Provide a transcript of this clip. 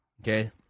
Okay